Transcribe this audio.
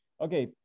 Okay